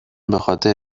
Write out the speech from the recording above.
بخاطر